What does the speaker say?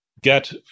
get